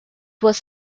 was